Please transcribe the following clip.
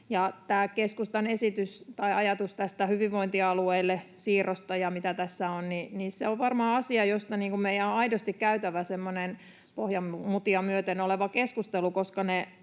keskustan esitys tai ajatus tästä hyvinvointialueille siirrosta, mitä tässä on, on varmaan asia, josta meidän on aidosti käytävä semmoinen pohjamutia myöten oleva keskustelu, koska ne